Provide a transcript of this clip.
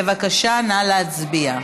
בבקשה, נא להצביע.